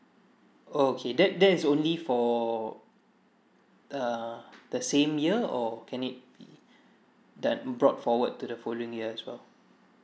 okay that that is only for err the same year or can it be that brought forward to the following year as well